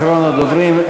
אחרון הדוברים,